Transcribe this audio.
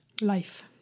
life